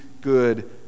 good